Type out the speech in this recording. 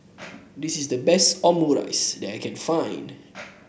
this is the best Omurice that I can find